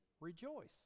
rejoice